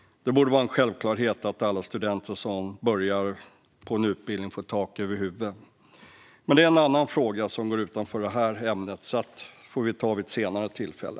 Det borde vara en självklarhet att alla studenter som börjar på en utbildning får tak över huvudet. Men det är en annan fråga som går utanför detta ämne, och den får vi ta upp vid ett senare tillfälle.